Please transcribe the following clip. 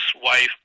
wife